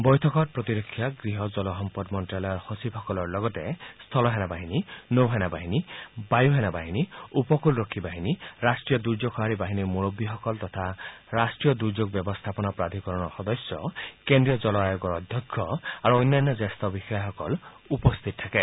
বৈঠকত প্ৰতিৰক্ষা গৃহ জলসম্পদ মন্ত্ৰ্যালয়ৰ সচিবসকলৰ লগতে স্থল সেনাবাহিনী নৌ সেনা বাহিনী বায়ু সেনাবাহিনী উপকূলৰক্ষী বাহিনী ৰাষ্ট্ৰীয় দুৰ্যোগ সঁহাৰি বাহিনীৰ মুৰববীসকল তথা ৰাষ্ট্ৰীয় দুৰ্যোগ ব্যৱস্থাপনা প্ৰাধিকৰণৰ সদস্য কেন্দ্ৰীয় জল আয়োগৰ অধ্যক্ষ আৰু অন্যান্য জ্যেষ্ঠ বিষয়াসকল উপস্থিত থাকে